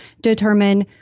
determine